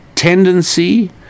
tendency